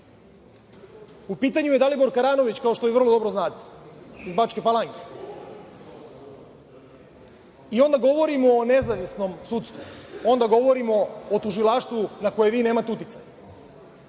U pitanju je Dalibor Karanović, kao što vrlo dobro znate, iz Bačke Palanke. Onda govorimo o nezavisnom sudstvu?! Onda govorimo o tužilaštvu na koje vi nemate uticaj?!Ako